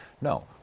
No